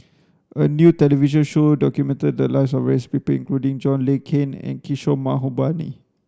a new television show documented the lives of various people including John Le Cain and Kishore Mahbubani